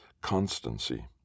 constancy